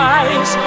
eyes